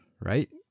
right